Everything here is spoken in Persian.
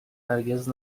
هرگز